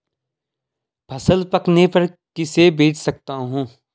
फसल पकने पर किसे बेच सकता हूँ?